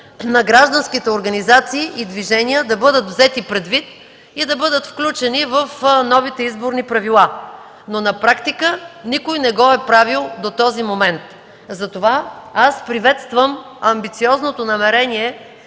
на гражданските организации и движения да бъдат взети предвид и да бъдат включени в новите изборни правила. На практика обаче никой не го е правил до този момент. Затова приветствам амбициозното намерение